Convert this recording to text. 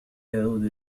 يعود